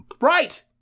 Right